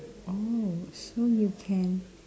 oh so you can